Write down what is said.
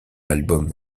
album